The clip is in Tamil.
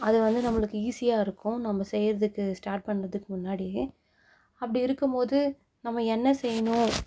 அது வந்து நம்மளுக்கு ஈசியாக இருக்கும் நம்ம செய்கிறதுக்கு ஸ்டார்ட் பண்ணுறதுக்கு முன்னாடியே அப்படி இருக்கும்போது நம்ம என்ன செய்யணும்